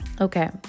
okay